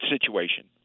situation